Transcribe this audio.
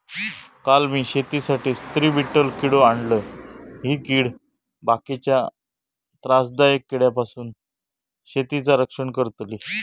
काल मी शेतीसाठी स्त्री बीटल किडो आणलय, ही कीड बाकीच्या त्रासदायक किड्यांपासून शेतीचा रक्षण करतली